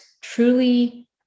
truly